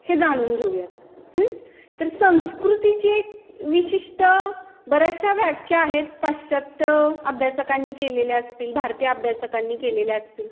हे जाणून घेऊयात तर संस्कृतीची एक विशिष्ट बऱ्याचशा व्याख्या आहेत पाश्चात्य अभ्यासकांनी केलेल्या असतील भारतीय अभ्यासकांनी केलेल्या असतील